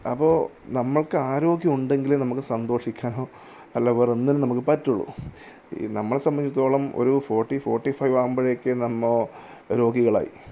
അപ്പോൾ നമുക്ക് ആരോഗ്യം ഉണ്ടെങ്കിലേ നമുക്ക് സന്തോഷിക്കാനോ അല്ല വേറെന്തിനും നമുക്ക് പറ്റുവൊള്ളൂ ഈ നമ്മളെ സംബന്ധിച്ചിടത്തോളം ഒരു ഫോർട്ടീ ഫോർട്ടി ഫൈവ് ആകുമ്പോഴേക്ക് നമ്മൾ രോഗികളായി